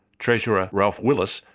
treasurer, ralph willis,